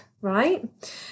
right